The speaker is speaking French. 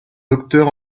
docteur